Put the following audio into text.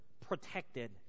protected